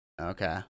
Okay